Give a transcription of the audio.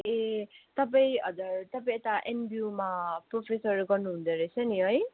ए तपाईँ हजुर तपाईँ यता एनबियूमा प्रोफेसर गर्नु हुँदोरहेछ नि है